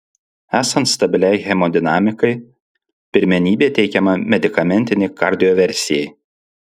esant stabiliai hemodinamikai pirmenybė teikiama medikamentinei kardioversijai